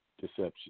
deception